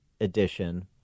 edition